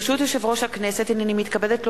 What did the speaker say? ברשות יושב-ראש הכנסת, הנני מתכבדת להודיעכם,